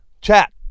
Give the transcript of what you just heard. chat